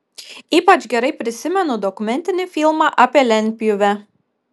ypač gerai prisimenu dokumentinį filmą apie lentpjūvę